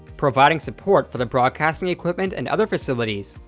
providing support for the broadcasting equipment and other facilities,